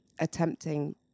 attempting